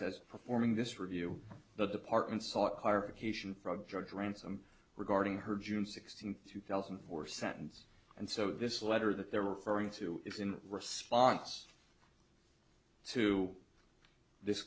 says performing this review the department sought clarification from judge ransom regarding her june sixteenth two thousand and four sentence and so this letter that they're referring to is in response to this